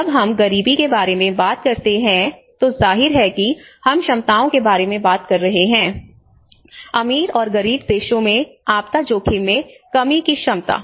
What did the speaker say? जब हम गरीबी के बारे में बात करते हैं तो जाहिर है कि हम क्षमताओं के बारे में बात कर रहे हैं अमीर और गरीब देशों में आपदा जोखिम में कमी की क्षमता